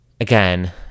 again